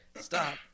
stop